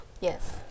yes